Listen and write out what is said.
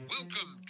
Welcome